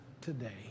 today